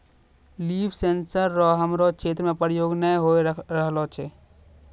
लिफ sensor रो हमरो क्षेत्र मे प्रयोग नै होए रहलो छै